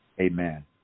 Amen